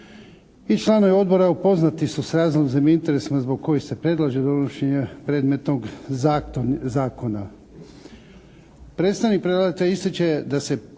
i članovi Odbora upoznati su s razlozima i interesima zbog kojih se predlaže donošenje predmetnog Zakona. Predstavnik predlagateljice će, da se